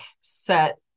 set